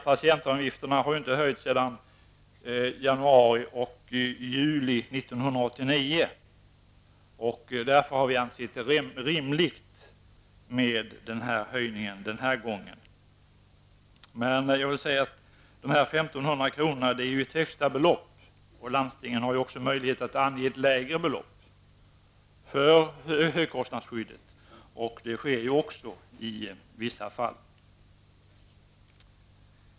Patientavgifterna har inte höjts sedan januari och juli 1989. Därför har vi ansett det rimligt med en höjning den här gången. Men de 1 500 kronorna är ju ett högsta belopp -- landstingen har också möjlighet att ange ett lägre belopp för högkostnadsskyddet. Så sker också i vissa fall.